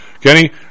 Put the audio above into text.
kenny